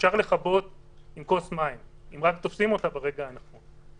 שאפשר לכבות עם כוס מים אם רק תופסים אותה ברגע הנכון.